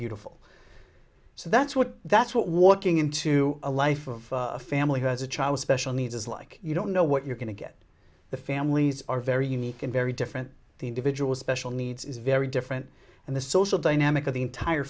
beautiful so that's what that's what walking into a life of a family who has a child with special needs is like you don't know what you're going to get the families are very unique and very different the individual special needs is very different and the social dynamic of the entire